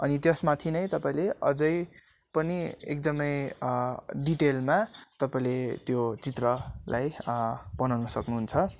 अनि त्यसमाथि नै तपाईँले अझै पनि एकदमै डिटेलमा तपाईँले त्यो चित्रलाई बनाउनु सक्नुहुन्छ